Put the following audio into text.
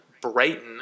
Brighton